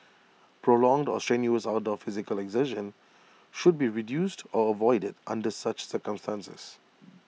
prolonged or strenuous outdoor physical exertion should be reduced or avoided under such circumstances